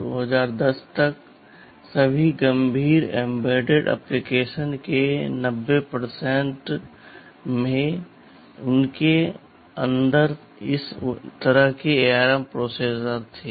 2010 तक सभी गंभीर एम्बेडेड ऍप्लिकेशन्स के 90 में उनके अंदर इस तरह के ARM प्रोसेसर थे